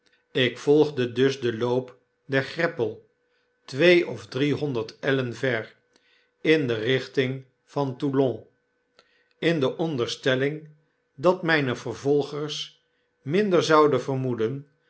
ik volgde dus den loop der greppel twee of driehonderd ellen ver in de richting van toulon in de onderstelling dat mijne vervolgers minder zouden vermoeden